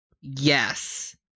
yes